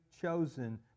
chosen